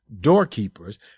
doorkeepers